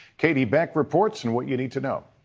catie beck reports in what you need to know.